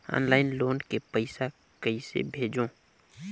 Online loan के पईसा कइसे भेजों?